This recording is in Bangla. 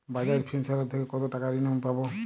বাজাজ ফিন্সেরভ থেকে কতো টাকা ঋণ আমি পাবো?